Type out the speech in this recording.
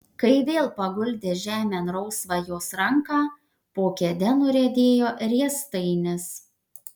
kai vėl paguldė žemėn rausvą jos ranką po kėde nuriedėjo riestainis